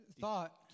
thought